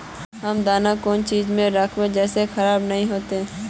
हम दाना कौन चीज में राखबे जिससे खराब नय होते?